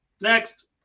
Next